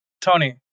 Tony